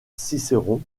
cicéron